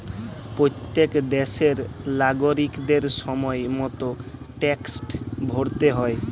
প্যত্তেক দ্যাশের লাগরিকদের সময় মত ট্যাক্সট ভ্যরতে হ্যয়